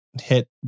hit